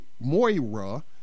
Moira